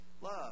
love